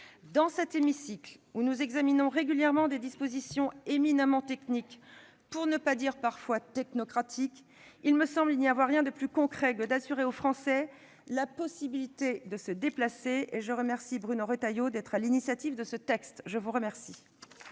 Dans cet hémicycle où nous examinons régulièrement des dispositions éminemment techniques, pour ne pas dire parfois technocratiques, je le dis clairement : il n'y a rien de plus concret, me semble-t-il, que d'assurer aux Français la possibilité de se déplacer. Je remercie donc Bruno Retailleau d'être à l'initiative de ce texte. La parole